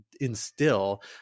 instill